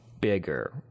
bigger